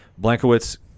Blankowitz